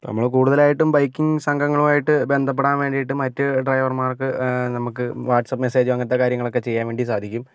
നമ്മൾ കൂടുതലായിട്ടും ബൈക്കിങ് സംഘങ്ങളുമായിട്ട് ബന്ധപ്പെടാന് വേണ്ടിയിട്ട് മറ്റു ഡ്രൈവര്മാര്ക്ക് നമുക്ക് വാട്ട്സപ്പ് മെസേജും അങ്ങനത്തെ കാര്യങ്ങളൊക്കെ ചെയ്യാന് വേണ്ടി സാധിക്കും